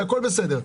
הכול בסדר,